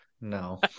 No